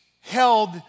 held